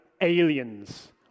aliens